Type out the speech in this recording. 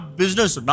business